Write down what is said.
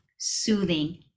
soothing